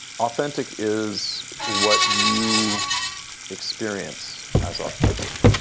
authentic is what you experience as authentic.